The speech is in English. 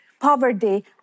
poverty